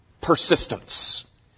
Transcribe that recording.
persistence